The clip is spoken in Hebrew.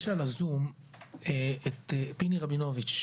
יש על הזום את פיני רבינוביץ', אבא של דסי.